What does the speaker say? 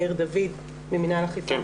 מאיר דוד ממינהל אכיפה --- כן,